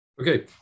Okay